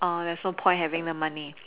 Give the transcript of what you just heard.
there is no point having the money